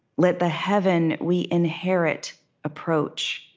let the heaven we inherit approach